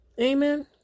Amen